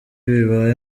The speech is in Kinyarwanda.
bibaye